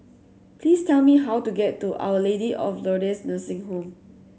please tell me how to get to Our Lady of Lourdes Nursing Home